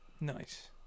Nice